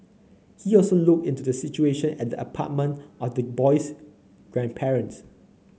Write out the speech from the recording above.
he also looked into the situation at the apartment of the boy's grandparents